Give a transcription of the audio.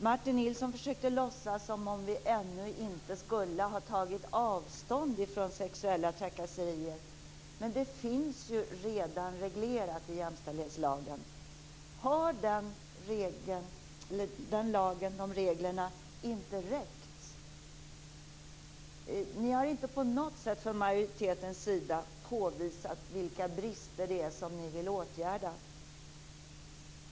Martin Nilsson försökte låtsas som om vi ännu inte skulle ha tagit avstånd från sexuella trakasserier. Men det finns ju redan reglerat i jämställdhetslagen. Har den lagen och de reglerna inte räckt? Ni i majoriteten har inte på något sätt påvisat vilka brister ni vill åtgärda.